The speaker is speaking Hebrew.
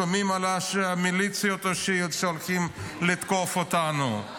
שומעים על המליציות השיעיות שהולכות לתקוף אותנו.